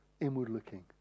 inward-looking